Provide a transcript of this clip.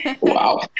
Wow